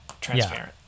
transparent